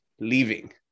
leaving